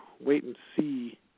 wait-and-see